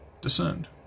discerned